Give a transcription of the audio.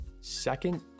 second